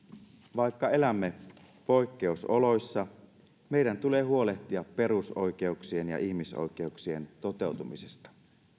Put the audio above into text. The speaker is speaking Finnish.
vaikka elämme poikkeusoloissa meidän tulee huolehtia perusoikeuksien ja ihmisoikeuksien toteutumisesta